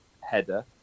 header